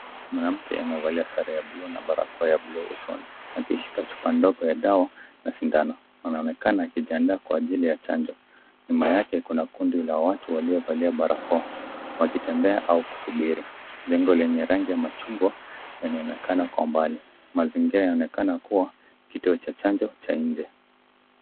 Mwanamke amevalia sare ta buluu, na barakoa ya buluu usoni, akishika chupa ndogo ya dawa na sindano, anaonekana akijiandaa kwa ajili ya chanjo, nyuma yake, kuna kundi la watu waliovalia barakoa, wakitembea au kusubiri. Jengo lenye rangi ya machungwa, inaonekana kwa mbali, mazingira yanaonekana kuwa, kituo cha chanjo, cha nje.